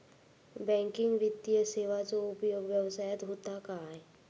Banking वित्तीय सेवाचो उपयोग व्यवसायात होता काय?